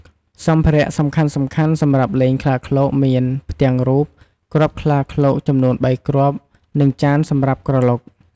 សម្ភារៈសំខាន់ៗសម្រាប់លេងខ្លាឃ្លោកមាន ផ្ទាំងរូប គ្រាប់ខ្លាឃ្លោកចំនួនបីគ្រាប់ និងចានសម្រាប់ក្រឡុក។